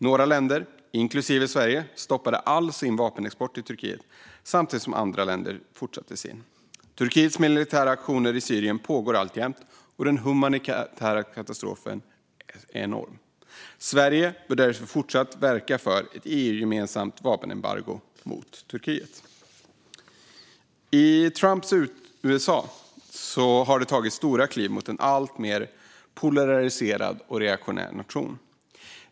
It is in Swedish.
Några länder, inklusive Sverige, stoppade all sin vapenexport till Turkiet samtidigt som andra länder fortsatte med sin. Turkiets militära aktioner i Syrien pågår alltjämt, och den humanitära katastrofen är enorm. Sverige bör därför fortsätta att verka för ett EU-gemensamt vapenembargo mot Turkiet. I Trumps USA har det tagits stora kliv mot en alltmer polariserad och reaktionär nation.